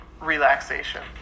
relaxation